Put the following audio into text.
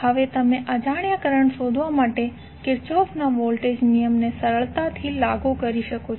હવે તમે અજાણ્યા કરંટ શોધવા માટે કિર્ચોફના વોલ્ટેજ નિયમને સરળતાથી લાગુ કરી શકો છો